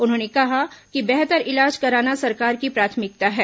उन्होंने कहा कि बेहतर इलाज कराना सरकार की प्राथमिकता है